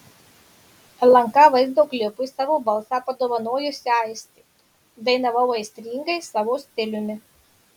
lnk vaizdo klipui savo balsą padovanojusi aistė dainavau aistringai savo stiliumi